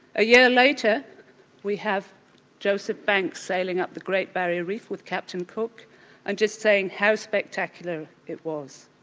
a year later we have joseph banks sailing up the great barrier reef with captain cook and just saying how spectacular it was.